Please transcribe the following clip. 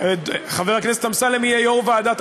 חבר הכנסת אמסלם יהיה יו"ר ועדת,